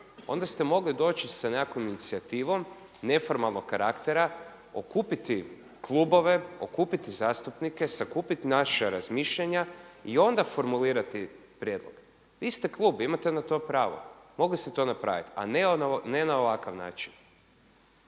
Onda ste mogli doći sa nekakvom inicijativom neformalnog karaktera, okupiti klubove, okupiti zastupnike, sakupiti naša razmišljanja i onda formulirati prijedlog. Vi ste klub, imate na to prav, mogli ste to napraviti a ne na ovakav način.